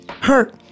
hurt